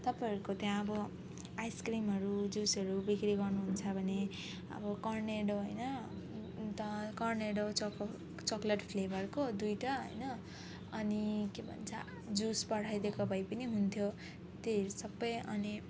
तपाईँहरूको त्यहाँ अब आइसक्रिमहरू जुसहरू बिक्री गर्नुहुन्छ भने अब कर्नेटो होइन अन्त कोर्नेटो चोको चोको चोकलेट फ्लेभरको दुईवटा होइन अनि के भन्छ जुस पठाइदिएको भए पनि हुन्थ्यो त्यही सबै अनि